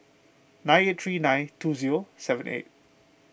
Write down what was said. nine eight three nine two zero seven eight